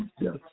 Yes